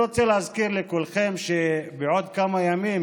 אני רוצה להזכיר לכולכם שבעוד כמה ימים,